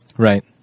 Right